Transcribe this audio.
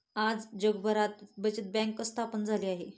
आज जगभरात बचत बँक स्थापन झाली आहे